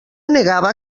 negava